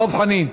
דב חנין,